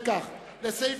אדטו לסעיף